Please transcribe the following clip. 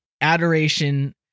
adoration